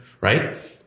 Right